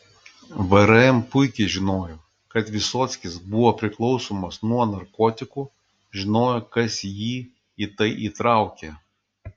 vrm puikiai žinojo kad vysockis buvo priklausomas nuo narkotikų žinojo kas jį į tai įtraukė